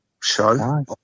show